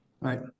Right